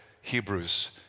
Hebrews